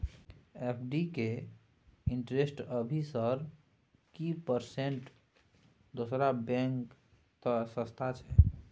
FD के interest अभी sir की परसेंट दूसरा बैंक त सस्ता छः?